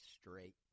straight